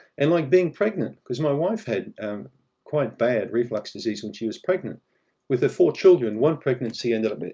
and, like being pregnant, because my wife had quite bad reflux disease when she was pregnant with her four children. one pregnancy ended up, but